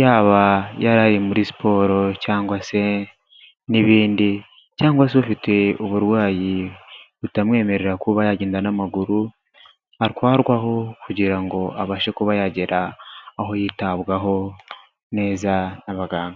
yaba yaraye muri siporo cyangwa se n'ibindi cyangwa se ufite uburwayi butamwemerera kuba yagenda n'amaguru, atwarwaho kugira ngo abashe kuba yagera aho yitabwaho neza n'abaganga.